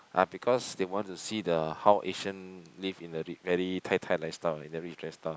ah because they want to see the how Asian live in the very Tai-Tai lifestyle in the rich lifestyle